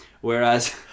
Whereas